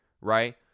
right